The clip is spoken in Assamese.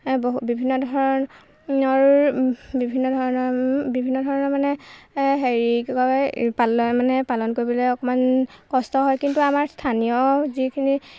ব বিভিন্ন ধৰণ ৰ বিভিন্ন ধৰণৰ বিভিন্ন ধৰণৰ মানে হেৰি কি কয় পাল মানে পালন কৰিবলৈ অকণমান কষ্ট হয় কিন্তু আমাৰ স্থানীয় যিখিনি